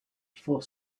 for